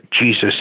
Jesus